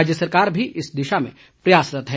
राज्य सरकार भी इस दिशा में प्रयासरत है